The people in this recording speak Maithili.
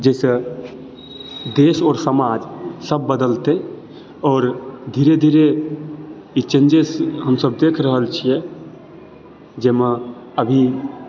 जैसँ देश आओर समाज सभ बदलतइ आओर धीरे धीरे ई चेन्जेज हमसभ देख रहल छियै जैमे अभी